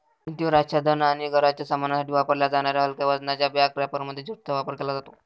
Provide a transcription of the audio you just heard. भिंतीवर आच्छादन आणि घराच्या सामानासाठी वापरल्या जाणाऱ्या हलक्या वजनाच्या बॅग रॅपरमध्ये ज्यूटचा वापर केला जातो